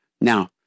Now